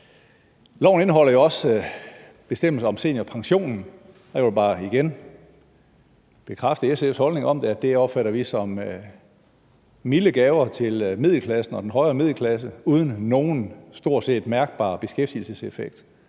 indeholder bestemmelser om seniorpensionen, og jeg vil bare igen bekræfte SF's holdning til det. Det opfatter vi som milde gaver til middelklassen og den højere middelklasse uden nogen, stort set, mærkbar beskæftigelsesmæssig effekt.